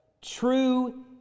true